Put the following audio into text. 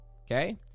Okay